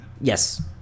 yes